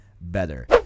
better